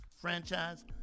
franchise